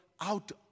out